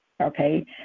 Okay